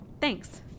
Thanks